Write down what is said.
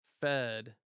fed